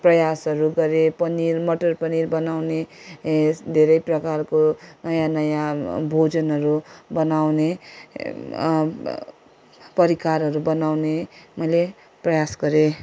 प्रयासहरू गरेँ पनिर मटर पनिर बनाउने धैरै प्रकारको नयाँ नयाँ भोजनहरू बनाउने परिकारहरू बनाउने मैले प्रयास गरेँ